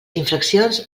infraccions